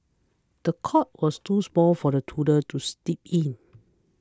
the cot was too small for the toddler to steep in